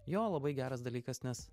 jo labai geras dalykas nes